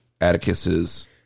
atticus's